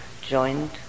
joined